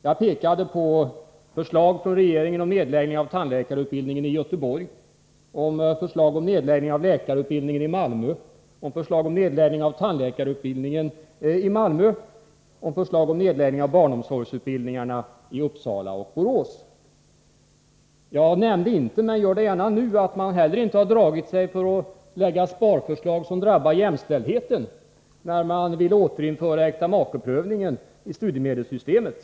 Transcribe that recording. Jag pekade på förslag från regeringen om nedläggning av tandläkarutbildningen i Göteborg, förslag om nedläggning av läkarutbildningen i Malmö, förslag om nedläggning av tandläkarutbildningen i Malmö och förslag om nedläggning av barnomsorgsutbildningarna i Uppsala och Borås. Jag nämnde inte, men jag gör det gärna nu, att man heller inte har dragit sig för att lägga fram sparförslag som drabbar jämställdheten, när man ville återinföra äktamakeprövningen i studiemedelssystemet.